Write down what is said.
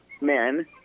men